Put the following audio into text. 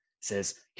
says